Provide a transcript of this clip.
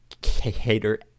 cater